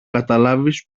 καταλάβεις